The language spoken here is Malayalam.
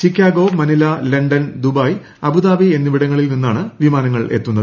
Chicago Manila London Dubai Abu Dhabi എന്നിവിടങ്ങളിൽ നിന്നാണ് വിമാനങ്ങൾ എത്തുന്നത്